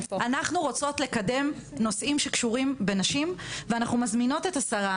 אנחנו רוצות לקדם נושאים שקשורים בנשים ואנחנו מזמינות את השרה,